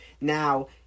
now